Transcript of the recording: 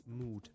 mood